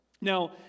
Now